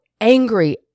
angry